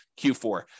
Q4